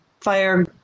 fire